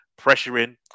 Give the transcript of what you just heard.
pressuring